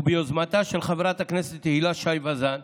וביוזמתה של חברת הכנסת הילה שי וזאן,